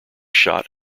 shot